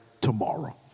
tomorrow